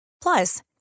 Plus